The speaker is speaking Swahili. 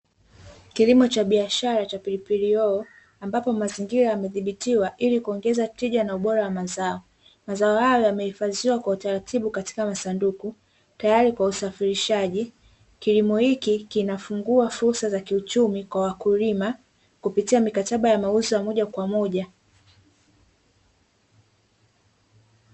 Kilimo cha biashara cha pilipili hoho ambapo mazingira yamedhibitiwa ili kuongeza tija na ubora wa mazao, mazao hayo yamehifadhiwa kwa utaratibu katika masunduku. Tayari kwa usafirishaji, kilimo hiki kinafungua fursa za kiuchumi kwa wakulima, kupitia mikataba ya mauzo ya moja kwa moja.